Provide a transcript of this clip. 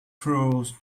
throws